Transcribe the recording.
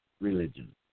religion